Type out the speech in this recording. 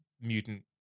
mutant